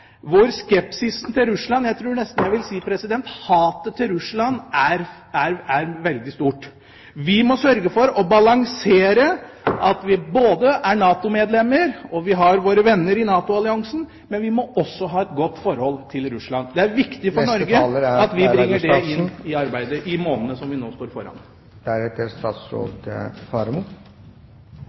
skepsisen til Russland, jeg tror nesten jeg vil si hatet til Russland, er veldig stort. Vi må sørge for å balansere at vi både er NATO-medlemmer og har våre venner i NATO-alliansen, og at vi også har et godt forhold til Russland. Det er viktig for Norge at vi bringer det inn i arbeidet i månedene som vi nå står foran.